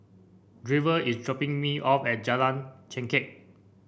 Draven is dropping me off at Jalan Chengkek